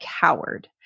coward